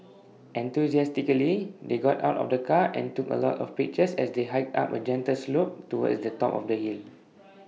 enthusiastically they got out of the car and took A lot of pictures as they hiked up A gentle slope towards the top of the hill